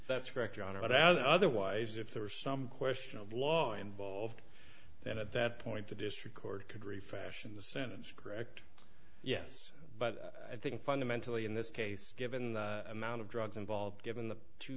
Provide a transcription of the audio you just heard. but otherwise if there was some question of law involved that at that point the district court could refashion the sentence correct yes but i think fundamentally in this case given the amount of drugs involved given the two